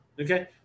Okay